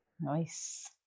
Nice